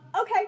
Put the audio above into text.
Okay